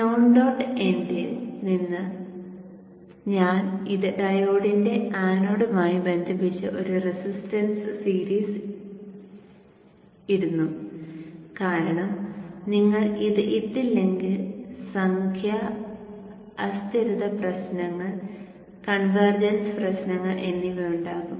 non dot എൻഡിൽ നിന്ന് ഞാൻ ഇത് ഡയോഡിന്റെ ആനോഡുമായി ബന്ധിപ്പിച്ച് ഒരു റെസിസ്റ്റൻസ് സീരീസ് ഇടുന്നു കാരണം നിങ്ങൾ ഇത് ഇട്ടില്ലെങ്കിൽ സംഖ്യാ അസ്ഥിരത പ്രശ്നങ്ങൾ കൺവേർജൻസ് പ്രശ്നങ്ങൾ എന്നിവ ഉണ്ടാകും